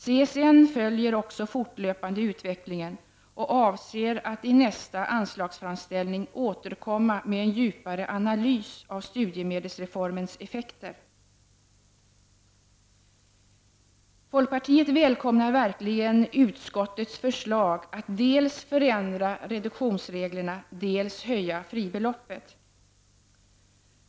CSN följer också fortlöpande utvecklingen och avser att i nästa anslagsframställning återkomma med en djupare analys av studiemedelsreformens effekter. Folkpartiet välkomnar verkligen utskottets förslag att dels förändra reduktionsreglerna, dels höja fribeloppet.